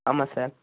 ஆமாம் சார்